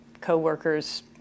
co-workers